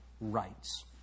rights